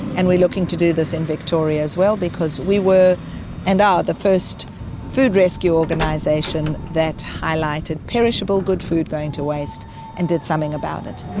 and we are looking to do this in victoria as well because we were and are the first food rescue organisation that highlighted perishable good food going to waste and did something about it.